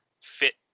fit